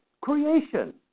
Creation